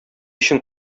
өчен